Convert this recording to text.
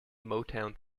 motown